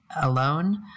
alone